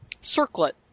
circlet